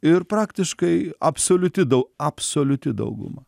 ir praktiškai absoliuti dau absoliuti dauguma